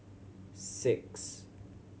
six